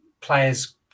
players